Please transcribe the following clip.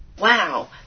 Wow